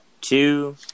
two